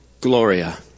Gloria